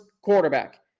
quarterback